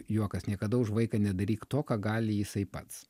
juokas niekada už vaiką nedaryk to ką gali jisai pats